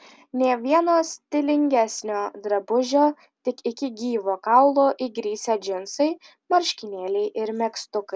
nė vieno stilingesnio drabužio tik iki gyvo kaulo įgrisę džinsai marškinėliai ir megztukai